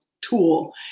tool